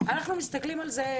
אנחנו מסתכלים על כל הפרויקט,